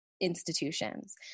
institutions